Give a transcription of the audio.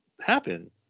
happen